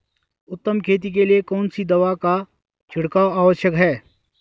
उत्तम खेती के लिए कौन सी दवा का छिड़काव आवश्यक है?